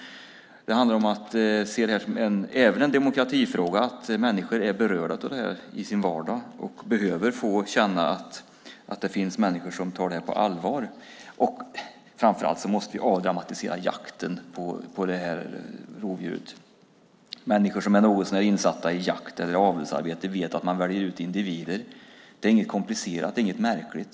Det gäller att se detta också som en demokratifråga. Människor blir berörda i sin vardag och behöver få känna att det finns andra som tar dessa problem på allvar. Framför allt måste vi avdramatisera jakten på varg. Människor som är något så när insatta i jakt eller avelsarbete vet att man väljer ut individer. Det är inget komplicerat, inget märkligt.